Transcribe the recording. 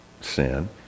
sin